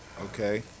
Okay